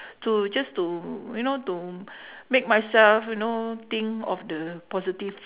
to just to you know to make myself you know think of the positive